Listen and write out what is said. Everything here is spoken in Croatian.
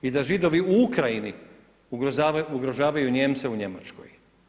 I da Židovi u Ukrajini, ugrožavaju Nijemce u Njemačkoj.